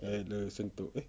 at the sento~ eh